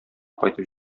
кайтып